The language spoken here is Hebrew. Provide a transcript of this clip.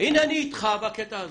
הנה אני איתך בקטע הזה.